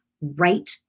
right